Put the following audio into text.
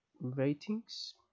ratings